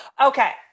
okay